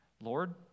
Lord